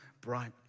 bright